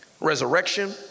resurrection